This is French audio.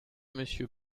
monsieur